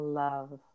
love